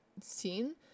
seen